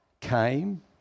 came